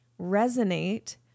resonate